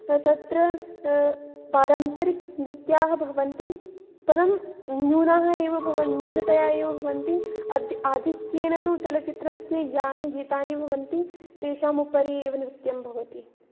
तत्र पारम्परिकनृत्यानि भवन्ति परं न्यूनाः एव भव् न्यूनतया एव भवन्ति अद् आधिक्येन तु चलच्चित्रस्य यानि गीतानि भवन्ति तेषामुपरि एव नृत्यं भवति